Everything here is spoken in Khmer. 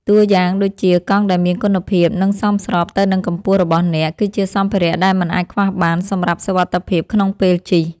តួយ៉ាងដូចជា កង់ដែលមានគុណភាព និងសមស្របទៅនឹងកម្ពស់របស់អ្នក គឺជាសម្ភារៈដែលមិនអាចខ្វះបានសម្រាប់សុវត្ថិភាពក្នុងពេលជិះ។